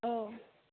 औ